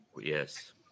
Yes